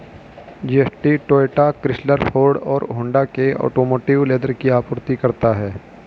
GST Toyota, Chrysler, Ford और Honda के automotive leather की आपूर्ति करता है